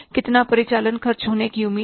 कितना परिचालन खर्च होने की उम्मीद है